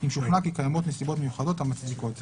אם שוכנע כי קיימות נסיבות מיוחדות המצדיקות זאת.